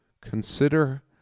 consider